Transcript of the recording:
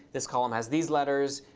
this column has these letters.